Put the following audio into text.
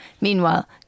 Meanwhile